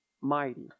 mighty